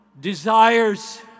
desires